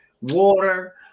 water